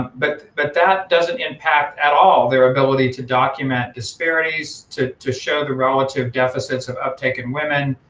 but that that doesn't impact at all their ability to document disparities to to show the relative deficits of uptake in women,